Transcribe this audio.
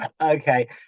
Okay